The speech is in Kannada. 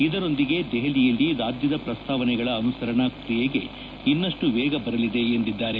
ಇದರೊಂದಿಗೆ ದೆಹಲಿಯಲ್ಲಿ ರಾಜ್ಯದ ಪ್ರಸ್ತಾವನೆಗಳ ಅನುಸರಣಾ ಕ್ರಿಯೆಗೆ ಇನ್ನಷ್ಟು ವೇಗ ಬರಲಿದೆ ಎಂದಿದ್ದಾರೆ